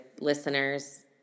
listeners